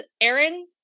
Aaron